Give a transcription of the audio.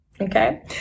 Okay